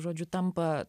žodžiu tampa